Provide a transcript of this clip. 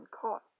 caught